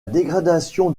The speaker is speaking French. dégradation